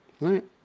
right